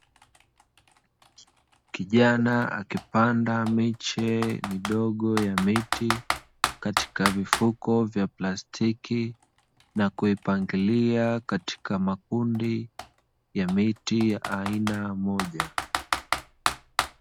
Kijana akipanda miche midogo ya miti katika vifuko ya plastiki, na kuipangilia katika makundi ya miti ya aina moja.